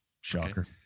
Shocker